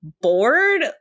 bored